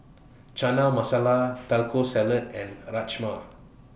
Chana Masala Taco Salad and Rajma